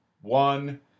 one